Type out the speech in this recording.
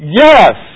yes